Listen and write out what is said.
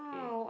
okay